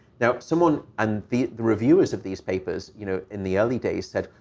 now someone, and the the reviewers of these papers, you know, in the early days, said,